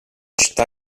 città